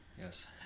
yes